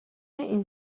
این